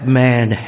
man